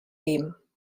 geben